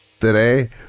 Today